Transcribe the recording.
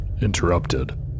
Interrupted